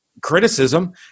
criticism